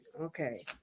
okay